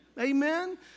Amen